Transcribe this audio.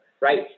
Right